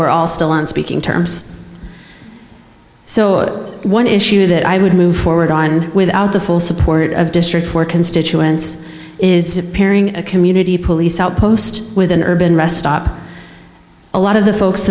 we're all still on speaking terms so that one issue that i would move forward on without the full support of district or constituents is to pairing a community police outpost with an urban rest stop a lot of the folks